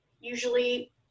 usually